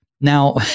now